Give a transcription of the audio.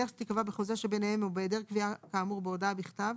בדרך שתיקבע בחוזה שביניהם או בהיעדר קביעה כאמור בהודעה בכתב,